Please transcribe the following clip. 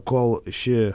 kol ši